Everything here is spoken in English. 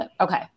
Okay